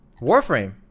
Warframe